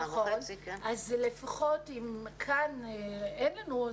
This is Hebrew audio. ואם כאן אין לנו,